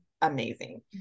amazing